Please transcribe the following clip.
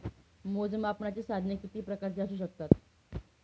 मोजमापनाची साधने किती प्रकारची असू शकतात?